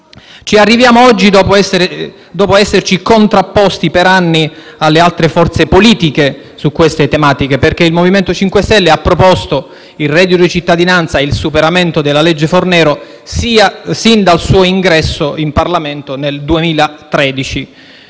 Ci arriviamo oggi dopo esserci contrapposti per anni alle altre forze politiche su tali tematiche, perché il MoVimento 5 Stelle ha proposto il reddito di cittadinanza e il superamento della legge Fornero sin dal suo ingresso in Parlamento nel 2013.